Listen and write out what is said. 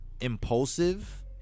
impulsive